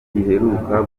giheruka